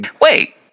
Wait